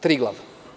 Triglav.